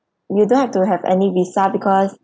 you don't have to have any visa because